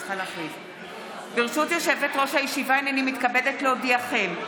ברשות יושבת-ראש הישיבה, הינני מתכבדת להודיעכם,